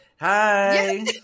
hi